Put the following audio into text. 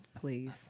Please